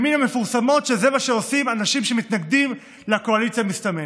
מן המפורסמות שזה מה שעושים אנשים שמתנגדים לקואליציה מסתמנת.